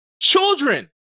children